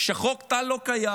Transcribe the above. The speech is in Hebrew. חוק טל לא קיים,